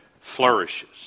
flourishes